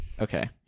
Okay